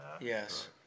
Yes